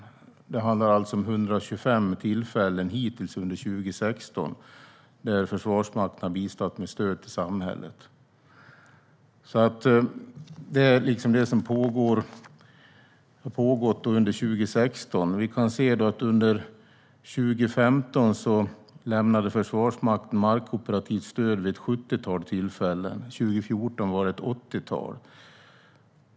Försvarsmakten har alltså bistått med stöd till samhället vid 125 tillfällen hittills under 2016. Det är vad som har pågått under 2016. Under 2015 lämnade Försvarsmakten markoperativt stöd vid ett sjuttiotal tillfällen. Under 2014 var det ett åttiotal tillfällen.